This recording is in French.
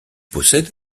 possède